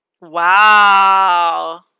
Wow